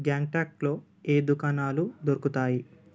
గ్యాంగ్టాక్లో ఏ దుకాణాలు దొరుకుతాయి